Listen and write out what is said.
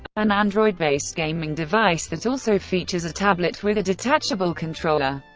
an android-based gaming device that also features a tablet with a detachable controller.